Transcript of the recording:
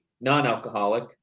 non-alcoholic